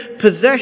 possession